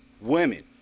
Women